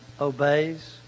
obeys